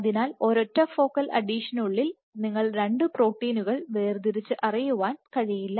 അതിനാൽ ഒരൊറ്റ ഫോക്കൽ അഡീഷനുള്ളിൽ നിങ്ങൾക്ക് 2 പ്രോട്ടീനുകൾ വേർതിരിച്ച് അറിയുവാൻ കഴിയില്ല